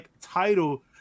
title